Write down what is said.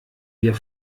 wir